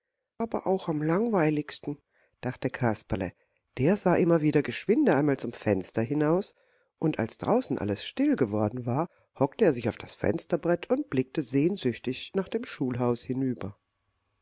aber auch am langweiligsten dachte kasperle der sah immer wieder geschwinde einmal zum fenster hinaus und als draußen alles still geworden war hockte er sich auf das fensterbrett und blickte sehnsüchtig nach dem schulhaus hinüber